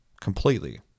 Completely